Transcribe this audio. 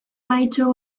mahaitxo